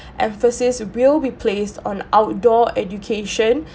emphasis will be placed on outdoor education